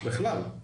בכלל.